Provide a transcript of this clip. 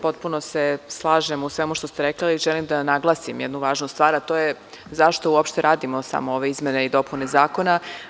Potpuno se slažem u svemu što ste rekli, ali želim da naglasim jednu važnu stvar, a to je zašto uopšte radimo samo ove izmene i dopune zakona.